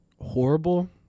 horrible